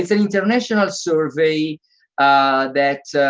an international survey that